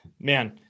man